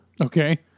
Okay